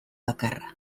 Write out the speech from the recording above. bakarra